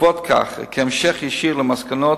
בעקבות כך, כהמשך ישיר למסקנות,